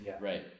Right